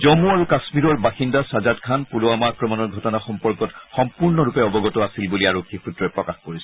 জম্মু আৰু কাশ্মীৰৰ বাসিন্দা ছাজাদ খান পুলৱামা আক্ৰমণৰ ঘটনা সম্পৰ্কত সম্পূৰ্ণৰূপে অৱগত আছিল বুলি আৰক্ষী সূত্ৰই প্ৰকাশ কৰিছে